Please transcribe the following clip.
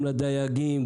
גם לדייגים,